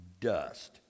dust